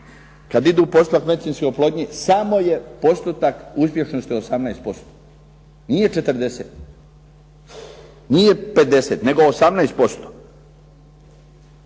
kada ide u postupak medicinske oplodnje, samo je postotak uspješnosti 18%. Nije 40,nije 50, nego 18%.